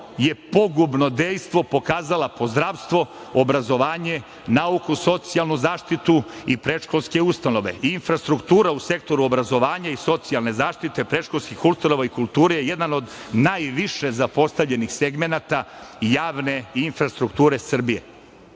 je pogubno dejstvo pokazala po zdravstvo, obrazovanje, nauku, socijalnu zaštitu i predškolske ustanove. Infrastruktura u sektoru obrazovanja i socijalne zaštite, predškolskih ustanova i kulture jedan od najviše zapostavljenih segmenata javne infrastrukture